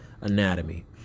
anatomy